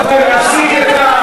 רבותי, להפסיק את,